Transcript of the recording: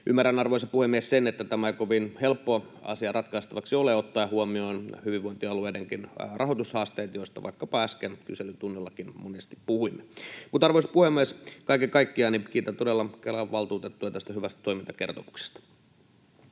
Ymmärrän, arvoisa puhemies, että tämä ei kovin helppo asia ratkaistavaksi ole ottaen huomioon hyvinvointialueidenkin rahoitushaasteet, joista vaikkapa äsken kyselytunnillakin monesti puhuimme. Arvoisa puhemies! Kaiken kaikkiaan kiitän todella Kelan valtuutettuja tästä hyvästä toimintakertomuksesta.